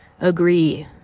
agree